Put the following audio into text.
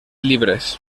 libres